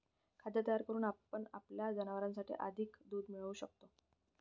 खाद्य तयार करून आपण आपल्या जनावरांसाठी अधिक दूध मिळवू शकतो